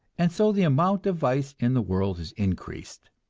and so the amount of vice in the world is increased.